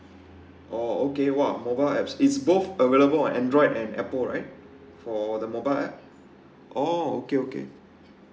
oh okay wa mobile apps it's both available on android and apple right for the mobile app oh okay okay